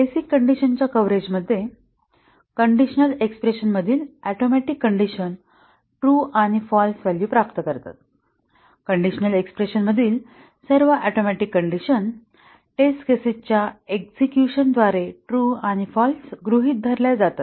basic कंडिशनच्या कव्हरेजमध्ये conditional expression मधील ऍटोमिक कंडिशन ट्रू आणि फाल्स व्हॅल्यू प्राप्त करतात कंडिशनल एक्स्प्रेशन मधील सर्व ऍटोमिक कंडिशन्स टेस्ट केसेस च्या एक्सझिक्युशन द्वारे ट्रू आणि फाल्स गृहित धरल्या जातात